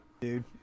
dude